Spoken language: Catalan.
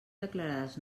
declarades